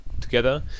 together